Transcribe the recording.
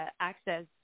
access